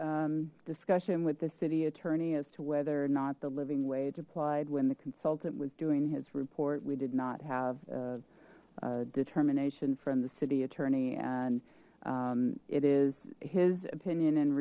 a discussion with the city attorney as to whether or not the living wage applied when the consultant was doing his report we did not have a determination from the city attorney and it is his opinion